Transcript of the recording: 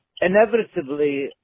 Inevitably